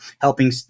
helping